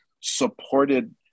supported